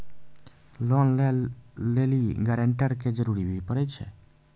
Loan लै लेली guarantor के भी जरूरी पड़ै छै?